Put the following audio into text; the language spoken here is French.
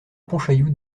pontchaillou